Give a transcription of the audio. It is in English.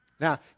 Now